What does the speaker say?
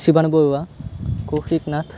Siwan Baruah Kaushik Nath